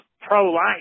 pro-life